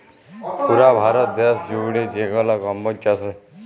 পুরা ভারত দ্যাশ জুইড়ে যেগলা কম্বজ চাষ হ্যয়